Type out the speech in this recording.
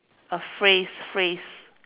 a phrase phrase